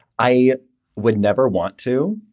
i would never want to.